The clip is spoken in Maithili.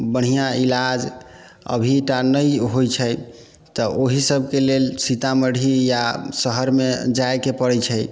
बढ़िआँ इलाज अभी टा नहि होइ छै तऽ ओहिसभके लेल सीतामढ़ी या शहरमे जायके पड़ै छै